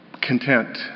content